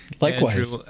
Likewise